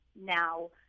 now